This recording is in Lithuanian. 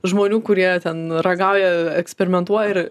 žmonių kurie ten ragauja eksperimentuoja ir